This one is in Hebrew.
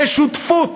זה שותפות